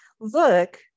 look